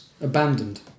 Abandoned